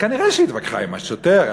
כנראה היא התווכחה עם השוטר,